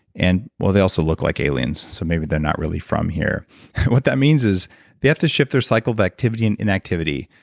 and well, they also look like aliens, so maybe they're not really from here what that means is they have to shift their cycles of activity and inactivity.